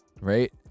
Right